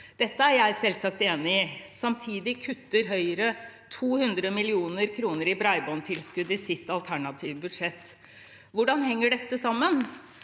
Dette er jeg selvsagt enig i. Samtidig kutter Høyre 200 mill. kr i bredbåndtilskudd i sitt alternative budsjett. Hvordan henger dette sammen?